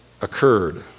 occurred